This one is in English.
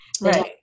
right